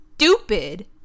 stupid